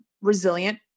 resilient